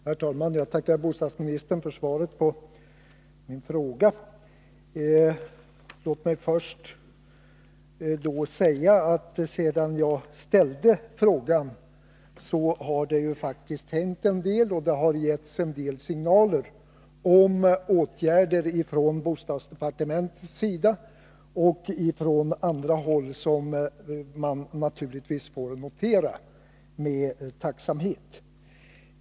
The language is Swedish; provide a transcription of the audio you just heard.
Herr talman! Jag tackar bostadsministern för svaret på min fråga. Sedan jag ställde frågan har det faktiskt hänt en del, och det har getts vissa signaler om åtgärder från bostadsdepartementet och från andra håll, vilket jag naturligtvis noterar med tacksamhet.